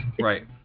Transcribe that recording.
Right